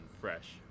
fresh